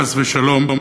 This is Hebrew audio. חס ושלום,